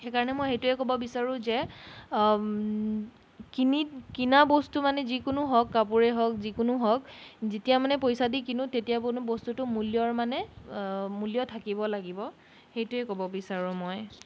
সেইকাৰণে মই সেইটোৱেই ক'ব বিচাৰো যে কিনি কিনা বস্তু মানে যিকোনো হওক কাপোৰেই হওক যিকোনো হওক যেতিয়া মানে পইচা দি কিনো তেতিয়া বস্তুটোৰ মূল্যৰ মানে মূল্য থাকিব লাগিব সেইটোৱেই ক'ব বিচাৰোঁ মই